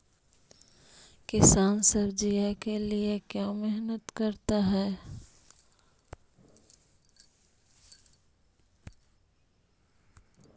किसान सब्जी के लिए क्यों मेहनत करता है?